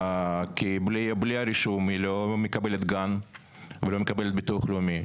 כי בלי הרישום היא לא מקבלת גן ולא מקבלת ביטוח לאומי,